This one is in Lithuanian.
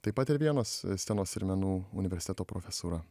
taip pat ir vienos scenos ir menų universiteto profesūra